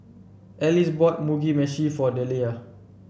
Alice bought Mugi Meshi for Deliah